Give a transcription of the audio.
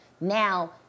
now